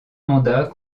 mandats